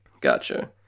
Gotcha